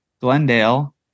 glendale